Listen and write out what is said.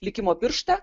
likimo pirštą